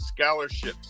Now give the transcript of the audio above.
scholarships